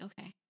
okay